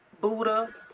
Buddha